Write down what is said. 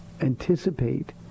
anticipate